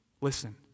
Listen